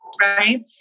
Right